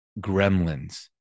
Gremlins